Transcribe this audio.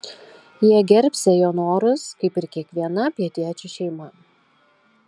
jie gerbsią jo norus kaip ir kiekviena pietiečių šeima